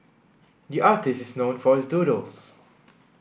the artist is known for his doodles